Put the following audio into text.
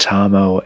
Tamo